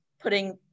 putting